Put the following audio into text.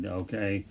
okay